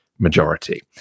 majority